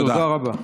תודה רבה.